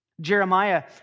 Jeremiah